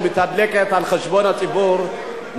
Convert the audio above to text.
שמתדלקת על חשבון הציבור,